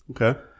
Okay